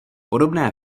podobné